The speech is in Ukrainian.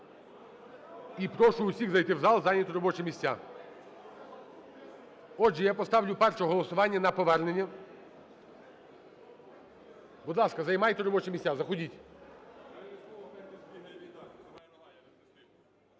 І прошу всіх зайти в зал і зайняти робочі місця. Отже, я поставлю перше голосування - на повернення. Будь ласка, займайте робочі місця, заходьте.